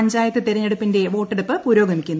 പഞ്ചായത്ത് തെരെത്തെടുപ്പിന്റെ വോട്ടെടുപ്പ് പുരോഗമിക്കുന്നു